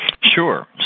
Sure